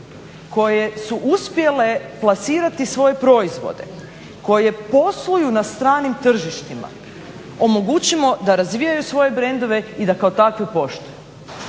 koje su uspjele plasirati svoje proizvode, koje posluju na stranim tržištima, omogućimo da razvijaju svoje brendove i da kao takve poštuju.